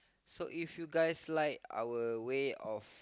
so if you guys like our way of